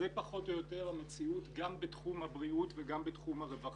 זאת פחות או יותר המציאות גם בתחום הבריאות וגם בתחום הרווחה.